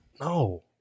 No